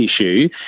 issue